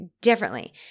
differently